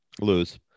Lose